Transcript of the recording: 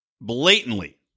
blatantly